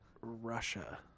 Russia